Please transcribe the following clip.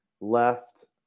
left